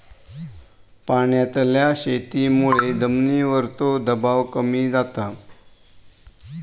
पाण्यातल्या शेतीमुळे जमिनीवरचो दबाव कमी जाता